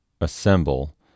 assemble